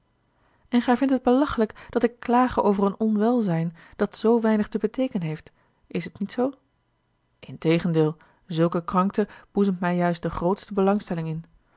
en gij vindt het belachelijk dat ik klage over een onwelzijn dat zoo weinig te beteekenen heeft is het niet zoo integendeel zulke krankte boezemt mij juist de grootste belangstelling in